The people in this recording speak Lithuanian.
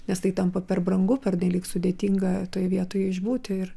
nes tai tampa per brangu pernelyg sudėtinga toj vietoj išbūti ir